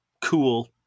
Cool